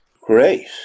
Great